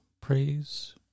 praise